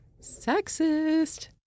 Sexist